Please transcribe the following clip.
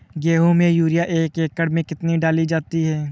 गेहूँ में यूरिया एक एकड़ में कितनी डाली जाती है?